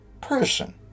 person